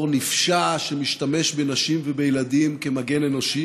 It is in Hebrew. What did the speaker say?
נפשע שמשתמש בנשים ובילדים כמגן אנושי,